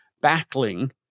battling